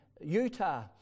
Utah